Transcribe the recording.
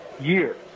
year